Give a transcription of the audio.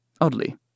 Oddly